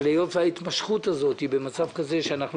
אבל כעת היא הסכימה בשל ההתמשכות הזאת,